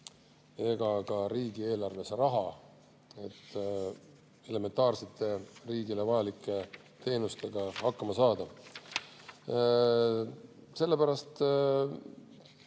ega ka riigieelarves raha, et elementaarsete riigile vajalike teenustega hakkama saada. Sellepärast